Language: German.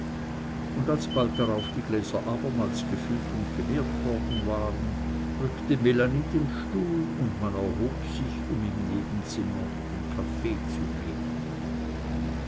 und als bald darauf die gläser abermals gefüllt und geleert worden waren rückte melanie den stuhl und man erhob sich um im nebenzimmer den kaffee zu nehmen